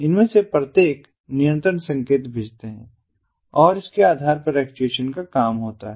इनमें से प्रत्येक नियंत्रण संकेत भेजते हैं और इसके आधार पर एक्चुएशन का काम होता है